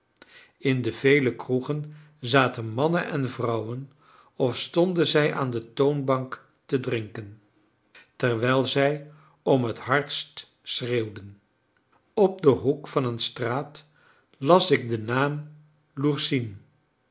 in de vele kroegen zaten mannen en vrouwen of stonden zij aan de toonbank te drinken terwijl zij om het hardst schreeuwden op den hoek van een straat las ik den naam